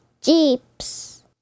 Jeeps